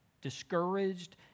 discouraged